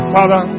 Father